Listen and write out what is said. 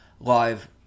live